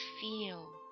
feel